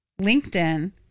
LinkedIn